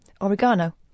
Oregano